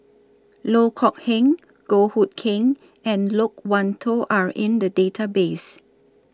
Loh Kok Heng Goh Hood Keng and Loke Wan Tho Are in The Database